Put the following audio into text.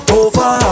over